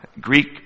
Greek